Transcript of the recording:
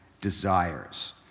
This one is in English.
desires